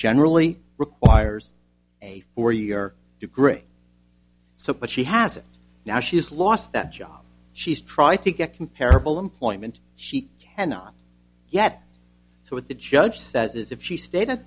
generally requires a four year degree so but she has now she's lost that job she's tried to get comparable employment she cannot yet so what the judge says is if she stayed